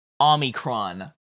Omicron